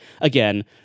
again